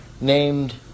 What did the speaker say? named